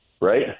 right